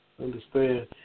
Understand